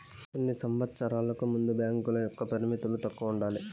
కొన్ని సంవచ్చరాలకు ముందు బ్యాంకుల యొక్క పరిమితులు తక్కువ ఉండాలి